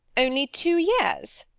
only two years?